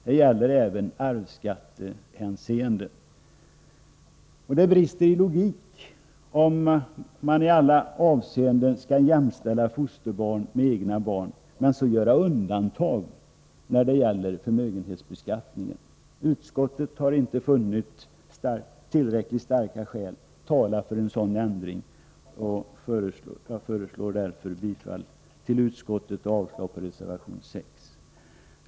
Det gäller även i arvsskattehänseende. Det brister i logik, om man i alla andra avseenden skall jämställa fosterbarn med egna barn men göra undantag när det gäller förmögenhetsbeskattningen. Utskottet har inte funnit tillräckligt starka skäl tala för en ändring, och jag föreslår därför bifall till utskottets hemställan och avslag på reservation 6.